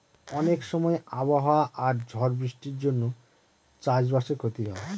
অনেক সময় আবহাওয়া আর ঝড় বৃষ্টির জন্য চাষ বাসে ক্ষতি হয়